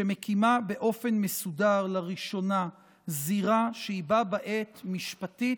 שמקימה באופן מסודר לראשונה זירה שהיא בה בעת משפטית,